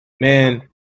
Man